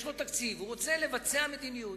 יש לו תקציב, הוא רוצה לבצע מדיניות.